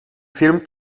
film